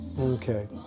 Okay